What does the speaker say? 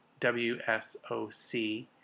WSOC